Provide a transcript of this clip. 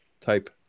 type